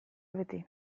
beti